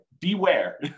beware